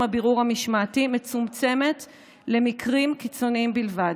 הבירור המשמעתי מצומצמת למקרים קיצוניים בלבד.